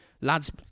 Lads